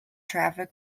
traffic